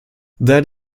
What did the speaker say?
that